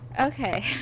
Okay